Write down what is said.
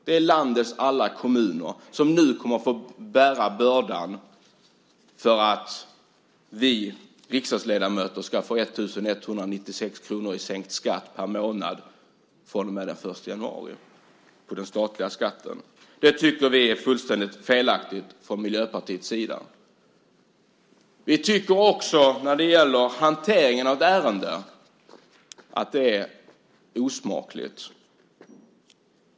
Det är landets alla kommuner som nu kommer att få bära bördan för att vi riksdagsledamöter ska få 1 196 kr i sänkt statlig skatt varje månad från och med den 1 januari. Det tycker vi från Miljöpartiets sida är fullständigt felaktigt. Vi tycker också att hanteringen av ärendet är osmakligt.